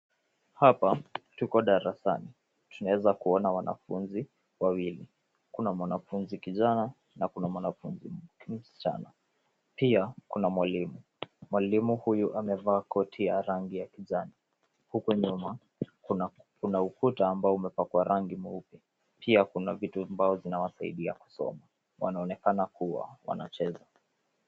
Hapa tuko darasani. Tunaweza kuona wanafunzi wawili ,kuna mwanafunzi kijana na kuna mwanafunzi msichana pia kuna mwalimu. Mwalimu huyu amevaa koti ya rangi ya kijani huku nyuma kuna ukuta ambao umepakwa rangi mweupe, pia kuna vitu ambazo zinawasaidia kusoma wanaonekana kuwa wanacheza.